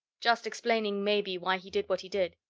just explaining, maybe, why he did what he did.